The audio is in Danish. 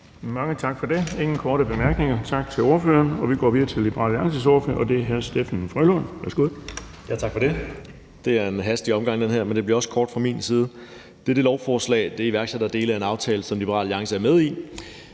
Mange tak for det. Der er ingen korte bemærkninger. Tak til ordføreren. Vi går videre til Liberal Alliances ordfører, og det er hr. Steffen W. Frølund. Værsgo. Kl. 11:34 (Ordfører) Steffen W. Frølund (LA): Tak for det. Det her er en hastig omgang, og det bliver også kort fra min side. Dette lovforslag iværksætter dele af en aftale, som Liberal Alliance er med i.